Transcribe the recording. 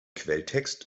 quelltext